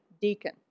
deacon